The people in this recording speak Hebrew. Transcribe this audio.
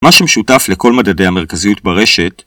מה שמשותף לכל מדדי המרכזיות ברשת